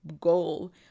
goal